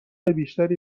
بیشتری